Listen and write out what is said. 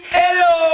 hello